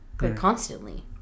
constantly